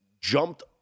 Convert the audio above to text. jumped